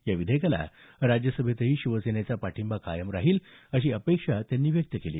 या विधेयकाला राज्यसभेतही शिवसेनेचा पाठिंबा कायम राहील अशी अपेक्षा त्यांनी व्यक्त केली